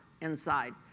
inside